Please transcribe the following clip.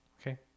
Okay